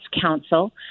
Council